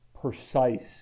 precise